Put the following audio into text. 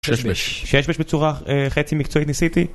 שש בש. שש בש בצורה חצי מקצועי ניסיתי